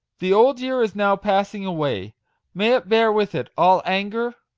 the old year is now passing away may it bear with it all anger,